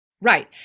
right